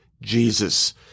Jesus